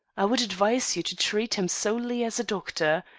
i would advise you to treat him solely as a doctor.